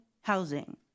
housing